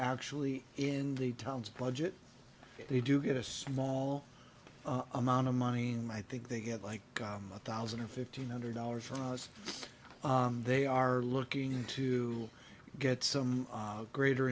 actually in the town's budget they do get a small amount of money my think they get like a thousand or fifteen hundred dollars from us they are looking to get some greater